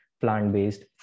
plant-based